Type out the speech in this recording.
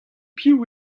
piv